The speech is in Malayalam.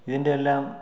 ഇതിൻ്റെ എല്ലാം